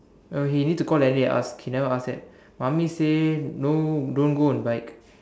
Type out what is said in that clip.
oh he need to call daddy and ask okay never ask that mummy say no don't go on bike